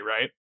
right